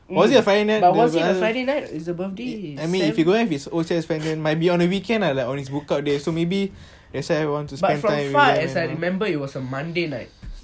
was it a friday night but as far as I remember it was a monday night